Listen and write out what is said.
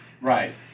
Right